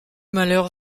malheur